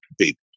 people